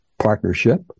partnership